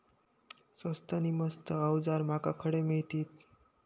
स्वस्त नी मस्त अवजारा माका खडे मिळतीत?